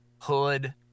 Hood